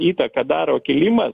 įtaką daro kilimas